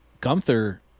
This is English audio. Gunther